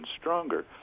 stronger